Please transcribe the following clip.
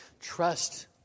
Trust